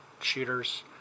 shooters